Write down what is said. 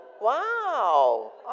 Wow